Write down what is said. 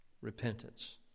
Repentance